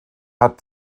hat